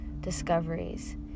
discoveries